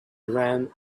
ran